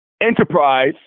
enterprise